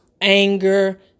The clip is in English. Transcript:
anger